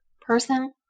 person